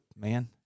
man